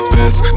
Best